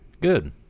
Good